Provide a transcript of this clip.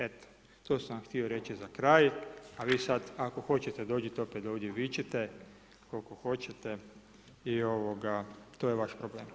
Eto, to sam vam htio reći za kraj, a vi sada ako hoćete, dođite opet da ovdje da vičete koliko hoćete i ovoga, to je vaš problem.